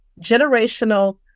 generational